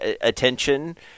attention